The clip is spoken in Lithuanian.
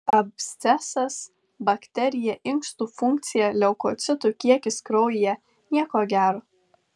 abscesas bakterija inkstų funkcija leukocitų kiekis kraujyje nieko gero